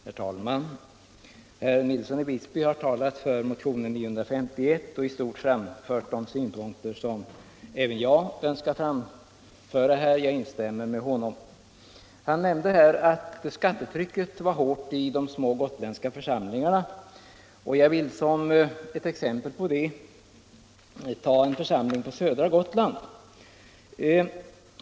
Herr talman! Herr Nilsson i Visby har talat för motionen 951 och i stort framfört synpunkter och motiveringar för den. Jag instämmer med honom. Han nämnde att skattetrycket var hårt i de små gotländska församlingarna. Jag vill som exempel på detta ta en församling på södra Gotland.